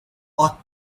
ought